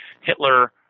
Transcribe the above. Hitler –